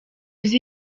uzi